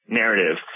narrative